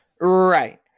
Right